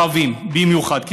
ערבים במיוחד,